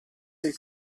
del